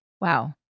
Wow